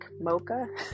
Mocha